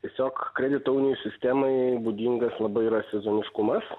tiesiog kredito unijų sistemai būdingas labai yra sezoniškumas